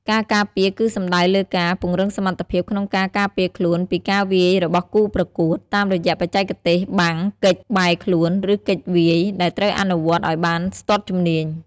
ការការពារគឺសំដៅលើការ ពង្រឹងសមត្ថភាពក្នុងការការពារខ្លួនពីការវាយរបស់គូប្រកួត តាមរយៈបច្ចេកទេសបាំង គេច បែរខ្លួន ឬគេចវាយ ដែលត្រូវអនុវត្តឲ្យបានស្ទាត់ជំនាញ។